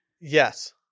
yes